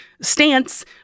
stance